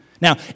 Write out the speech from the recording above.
Now